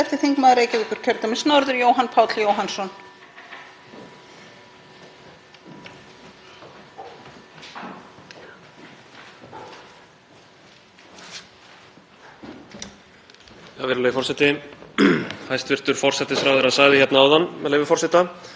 Virðulegi forseti. Hæstv. forsætisráðherra sagði hérna áðan, með leyfi forseta: „Ég tel líka mikilvægt að við mætum þessum afleiðingum með aðgerðum sem beinast að tilteknum hópum, ekki endilega flötum aðgerðum sem dreifast jafnt á alla